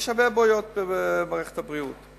יש הרבה בעיות במערכת הבריאות.